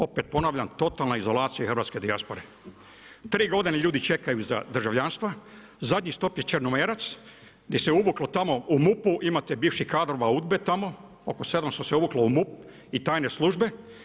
Opet, ponavljam, totalna izolacija hrvatske dijaspore, 3 godine ljudi čekaju za državljanstva, zadnji stop je Črnomerac, gdje se uvuklo tamo u MUP-u, imate bivših kadrove UDBE tamo, oko 700 se uvuklo u MUP i tajne službe.